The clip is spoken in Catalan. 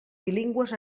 bilingües